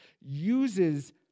uses